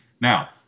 now